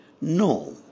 no